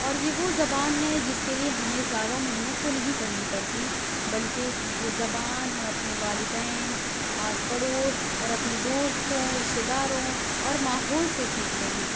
اور یہ وہ زبان ہے جس کے لیے ہمیں زیادہ محنت تو نہیں کرنی پڑتی بلکہ یہ زبان ہم اپنے والدین آس پڑوس اور اپنے دوستوں رشتہ داروں اور ماحول سے سیکھتے ہیں